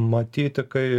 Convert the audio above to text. matyti kai